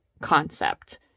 concept